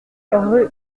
rue